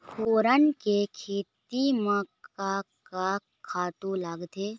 फोरन के खेती म का का खातू लागथे?